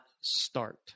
start